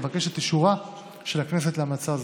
אבקש את אישורה של הכנסת להמלצה זו.